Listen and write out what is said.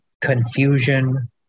confusion